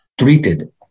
treated